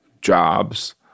jobs